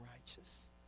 righteous